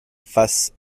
face